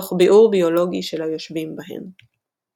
תוך "ביעור ביולוגי" של היושבים בהן.